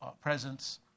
presence